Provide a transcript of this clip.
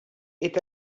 est